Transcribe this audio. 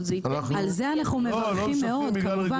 על זה אנחנו מברכים מאוד, כמובן.